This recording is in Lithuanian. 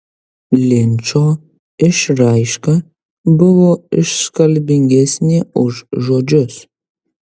linčo išraiška buvo iškalbingesnė už žodžius